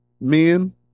men